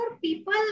people